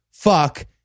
Fuck